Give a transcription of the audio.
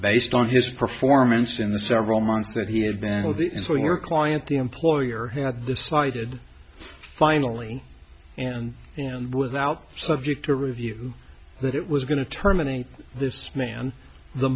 based on his performance in the several months that he had been with it is when your client the employer had decided finally and and without subject to review that it was going to terminate this man the